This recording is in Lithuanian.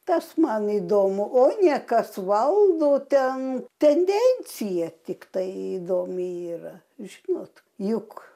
tas man įdomu o ne kas valdo ten tendencija tiktai įdomi yra žinot juk